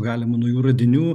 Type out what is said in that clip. galimų naujų radinių